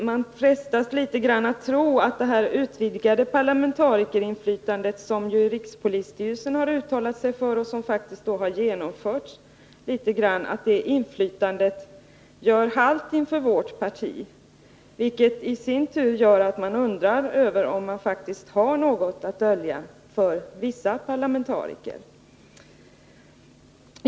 Man frestas tro att det utvidgade parlamentarikerinflytande som rikspolisstyrelsen uttalar sig för och som faktiskt har börjat genomföras gör halt inför vårt parti, vilket i sin tur gör att vi undrar om man faktiskt har något att dölja för vissa parlamentariker.